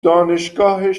دانشگاهش